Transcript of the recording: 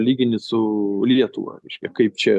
lygini su lietuva reiškia kaip čia